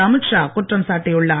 அமித்ஷா குற்றம் சாட்டியுள்ளார்